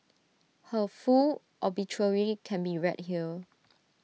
her full obituary can be read here